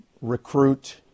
recruit